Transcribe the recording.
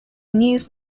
news